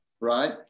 Right